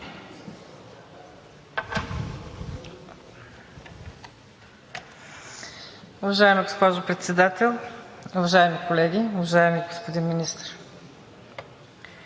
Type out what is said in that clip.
Уважаема госпожо Председател, уважаеми колеги, уважаеми господин Министър!